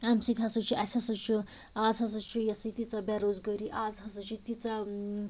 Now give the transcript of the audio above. اَمہِ سۭتۍ ہَسا چھِ اسہِ ہَسا چھُ آز ہَسا چھُ یہِ ہسا تیٖژاہ بیزورگٲری آز ہَسا چھِ تیٖژاہ